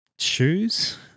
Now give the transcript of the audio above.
Shoes